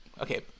Okay